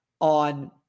on